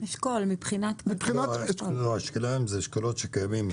לפי האשכולות הקיימים?